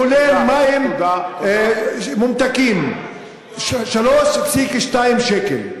כולל מים מומתקים, 3.2 שקל.